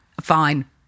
fine